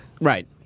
Right